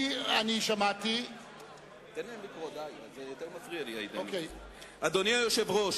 אדוני היושב-ראש,